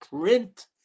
print